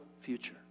future